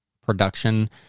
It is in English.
production